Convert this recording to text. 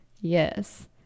yes